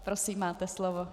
Prosím, máte slovo.